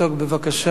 בבקשה.